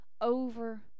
over